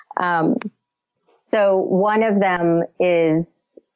um so one of them is